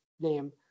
name